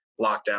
lockdown